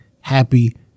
happy